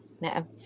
No